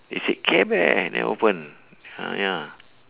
they said care bear then open ah ya